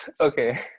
okay